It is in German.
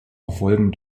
erfolgen